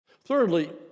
Thirdly